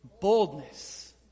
boldness